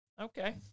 Okay